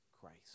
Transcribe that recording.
Christ